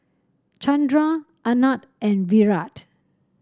Chandra Anand and Virat